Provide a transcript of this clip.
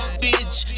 bitch